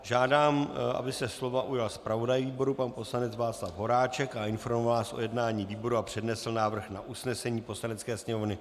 Žádám, aby se slova ujal zpravodaj výboru pan poslanec Václav Horáček a informoval nás o jednání výboru a přednesl návrh na usnesení Poslanecké sněmovny.